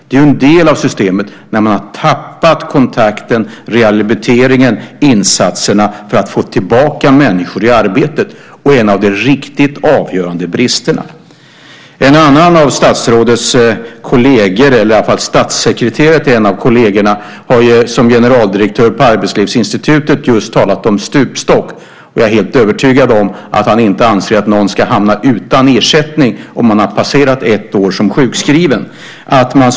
Det är ju en del av systemet när man tappat kontakten, rehabiliteringen och insatserna för att få tillbaka människor i arbete och en av de riktigt avgörande bristerna. En statssekreterare hos en av statsrådets kolleger har som generaldirektör på Arbetslivsinstitutet just talat om stupstock. Jag är helt övertygad om att han inte anser att någon ska hamna i att bli utan ersättning om ett år som sjukskriven passerats.